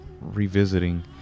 revisiting